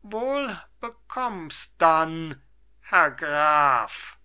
wohl bekomms dann herr graf